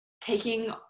taking